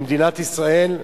למדינת ישראל,